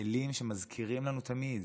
כלים שמזכירים לנו תמיד